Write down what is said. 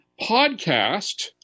podcast